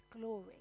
glory